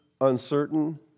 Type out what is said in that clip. uncertain